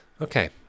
Okay